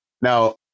Now